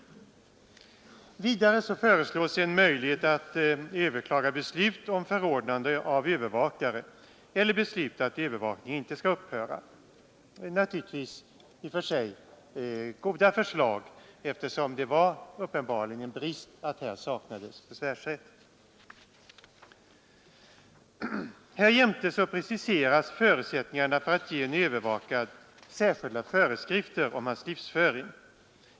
Vidare föreslås en möjlighet att överklaga beslut om förordnande av övervakare eller beslut att övervakning inte skall upphöra, vilket naturligtvis är i och för sig goda förslag eftersom det uppenbarligen var en brist att det saknades en sådan besvärsrätt. Härjämte preciseras förutsättningarna för att ge en övervakad särskilda föreskrifter om hans livsföring.